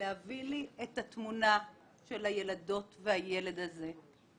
להביא לי את התמונה של הילדות והילד הזה,